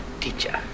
teacher